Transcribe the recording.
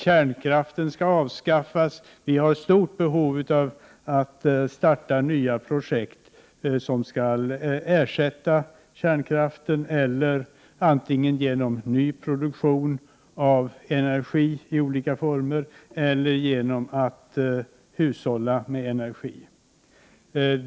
Det finns ett stort behov av att starta nya projekt som skall ersätta kärnkraften, antingen genom ny produktion av energi i olika former eller genom hushållning med energin.